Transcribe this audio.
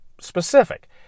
specific